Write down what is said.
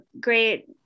great